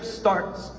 starts